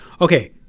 Okay